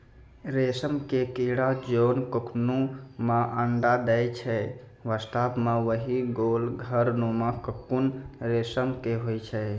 रेशम के कीड़ा जोन ककून मॅ अंडा दै छै वास्तव म वही गोल घर नुमा ककून रेशम के होय छै